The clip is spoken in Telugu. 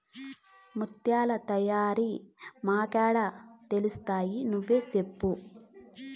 ముత్యాల తయారీ మాకేడ తెలుస్తయి నువ్వే సెప్పు